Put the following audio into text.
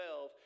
12